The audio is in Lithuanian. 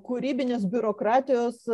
kūrybinės biurokratijos